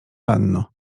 panno